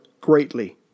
greatly